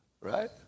right